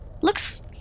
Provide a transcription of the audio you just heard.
looks